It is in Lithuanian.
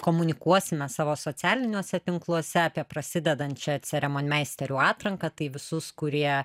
komunikuosime savo socialiniuose tinkluose apie prasidedančią ceremonmeisterių atranką tai visus kurie